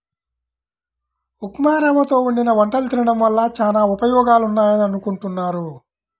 ఉప్మారవ్వతో వండిన వంటలు తినడం వల్ల చానా ఉపయోగాలున్నాయని అనుకుంటున్నారు